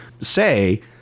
say